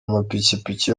amapikipiki